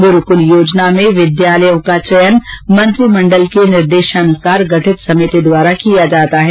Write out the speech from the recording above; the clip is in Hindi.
गुरूकुल योजना में विद्यालयों का चयन मंत्रिमण्डल के निर्देशानुसार गठित समिति द्वारा किया जाता है